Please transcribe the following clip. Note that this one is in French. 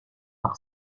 par